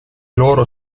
loro